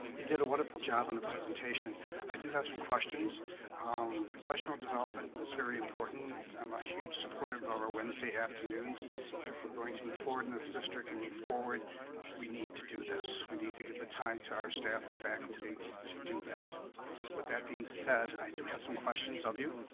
it did a wonderful job on the presentation i do have some questions um professional development is very important i'm a huge supporter of of our wednesday afternoons if we're going to move forward in this district and move forward we need to do this we need to give the time to our staff and faculty to do that with that being said i do have some questions of you